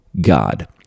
God